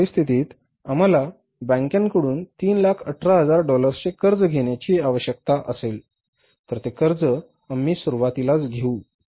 अशा परिस्थितीत आम्हाला बँकांकडून 318000 डॉलर्सचे कर्ज घेण्याची आवश्यकता असेल तर ते कर्ज आम्ही सुरुवातीलाच घेऊ